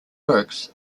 works